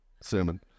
sermon